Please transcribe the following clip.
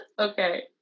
Okay